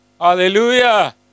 Hallelujah